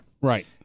Right